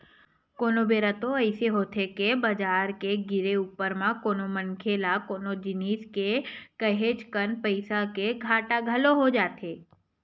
कोनो बेरा तो अइसे होथे के बजार के गिरे ऊपर म कोनो मनखे ल कोनो जिनिस के काहेच कन पइसा के घाटा घलो हो जाथे